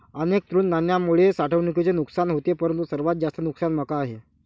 अनेक तृणधान्यांमुळे साठवणुकीचे नुकसान होते परंतु सर्वात जास्त नुकसान मका आहे